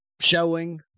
showing